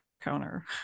counter